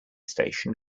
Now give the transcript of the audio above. station